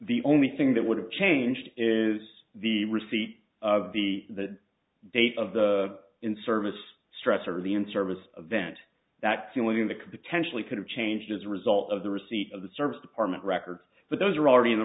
the only thing that would have changed is the receipt of be the date of the in service stress or the in service event that feeling the could potentially could have changed as a result of the receipt of the service department records but those are already in the